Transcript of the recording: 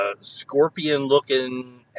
scorpion-looking